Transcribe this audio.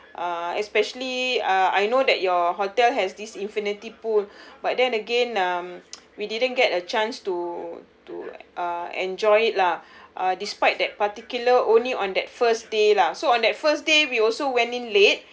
uh especially uh I know that your hotel has this infinity pool but then again um we didn't get a chance to to uh enjoy it lah uh despite that particular only on that first day lah so on that first day we also went in late